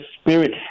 spirit